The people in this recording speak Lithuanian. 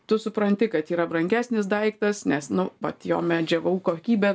tu supranti kad yra brangesnis daiktas nes nu vat jo medžiagų kokybė